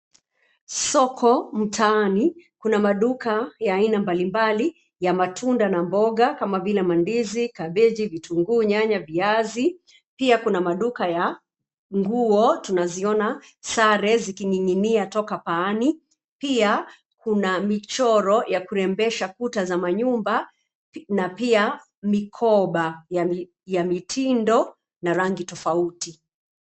Soko, mtaani, kuna maduka ya aina mbali mbali ya matunda na mboga kama vile: mandizi, kabeji, vitunguu, nyanya, viazi. Pia kuna maduka ya nguo tunaziona sare zikining'inia toka paani. Pia, kuna michoro ya kurembesha kuta za manyumba na pia mikoba ya mitindo na rangi tofauti.